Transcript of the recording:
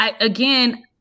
Again